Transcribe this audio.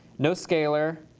no scalar,